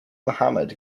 muhammad